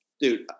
Dude